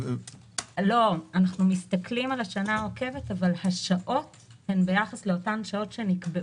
אנחנו מסתכלים על השנה העוקבת אבל השעות הן ביחס לאותן שעות שנקבעו.